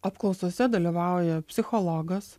apklausose dalyvauja psichologas